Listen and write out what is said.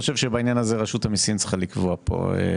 חושב שבעניין הזה רשות המסים צריכה לקבוע פה.